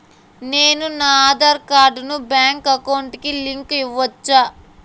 నేను నా ఆధార్ కార్డును బ్యాంకు అకౌంట్ కి లింకు ఇవ్వొచ్చా?